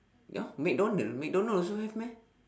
ya McDonald McDonald also have meh